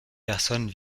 personnes